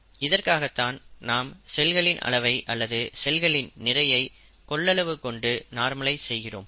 இதற்காகத்தான் நாம் செல்களின் அளவை அல்லது செல்களின் நிறையை கொள்ளளவு கொண்டு நார்மலைஸ் செய்கிறோம்